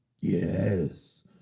Yes